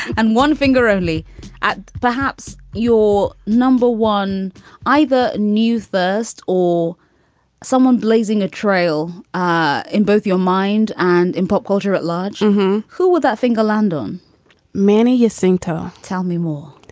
and one finger only at perhaps your number one either knew thirst or someone blazing a trail ah in both your mind and in pop culture at large who would that finger? london many you seem to tell me more.